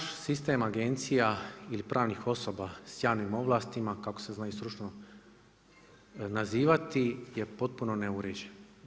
Prvo, naš sistem agencija ili pravnih osoba s javnim ovlastima kako se znaju stručno nazivati je potpuno neuređen.